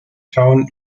town